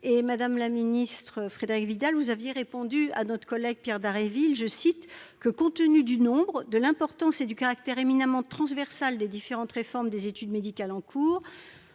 Madame la ministre Frédérique Vidal, vous aviez répondu à notre collègue Pierre Dharréville que, « compte tenu du nombre, de l'importance et du caractère éminemment transversal des différentes réformes des études médicales en cours,